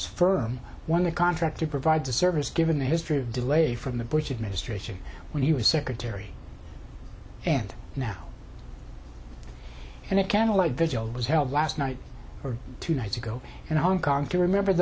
won the contract to provide the service given the history of delay from the bush administration when he was secretary and now and a candlelight vigil was held last night for two nights ago and hong kong to remember